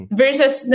versus